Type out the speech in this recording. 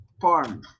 Farm